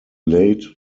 late